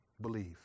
believe